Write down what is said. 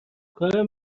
کارم